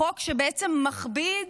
החוק שבעצם מכביד